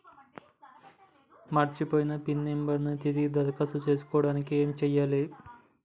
మర్చిపోయిన pin number ను తిరిగి దరఖాస్తు చేసుకోవడానికి ఏమి చేయాలే?